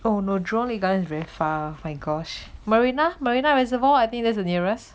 oh no jurong lakegarden very far my gosh marina arina reservoir I think that's the nearest